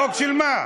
חוק של מה?